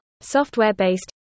software-based